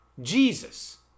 Jesus